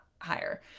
higher